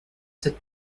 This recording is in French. sept